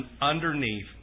underneath